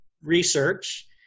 research